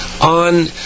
on